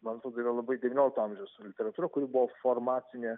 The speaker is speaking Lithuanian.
man atrodo yra labai devyniolikto amžiaus literatūra kuri buvo formacinė